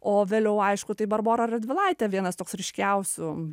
o vėliau aišku tai barbora radvilaitė vienas toks ryškiausių